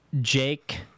Jake